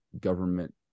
government